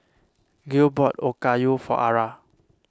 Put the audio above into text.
Gil bought Okayu for Ara